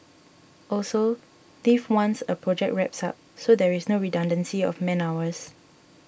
also leave once a project wraps up so there is no redundancy of man hours